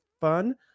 fun